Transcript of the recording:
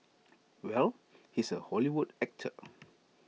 well he's A Hollywood actor